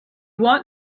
want